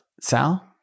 Sal